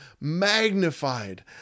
magnified